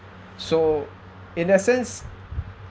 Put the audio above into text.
so in that sense